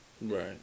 Right